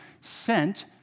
sent